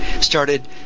Started